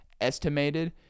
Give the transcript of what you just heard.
estimated